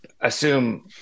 assume